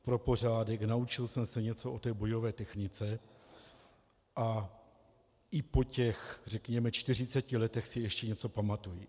Pro pořádek naučil jsem se něco o bojové technice a i po těch řekněme 40 letech si ještě něco pamatuji.